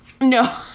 No